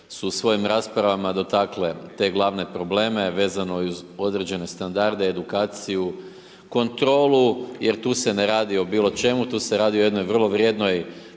su u svojim raspravama dotakle te glavne probleme vezano i uz određene standarde, edukaciju, kontrolu jer tu se ne radi o bilo čemu, tu se radi o jednoj vrlo vrijednoj